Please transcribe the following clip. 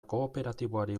kooperatiboari